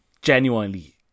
genuinely